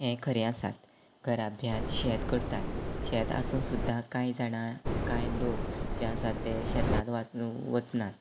यें खरें आसात घराब्यांत शेत करतात शेत आसून सुद्दां कांय जाणां कांय लोक जे आसात ते शेतान वात वचनात